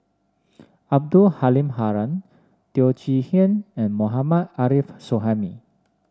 Abdul Halim Haron Teo Chee Hean and Mohammad Arif Suhaimi